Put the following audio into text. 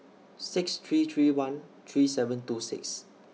six three three one three seven two six